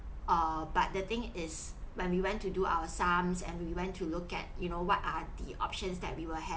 err but the thing is when we went to do our sums and we went to look at you know what are the options that we will have